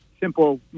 simple